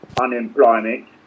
Unemployment